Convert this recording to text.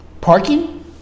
Parking